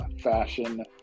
fashion